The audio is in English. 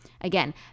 Again